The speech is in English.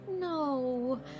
No